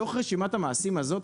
בתוך רשימת המעשים הזאת,